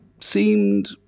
seemed